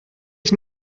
ich